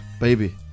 Baby